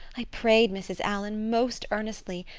i prayed, mrs. allan, most earnestly,